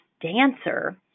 dancer